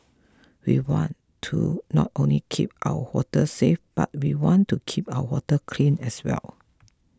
we want to not only keep our waters safe but we want to keep our water clean as well